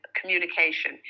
communication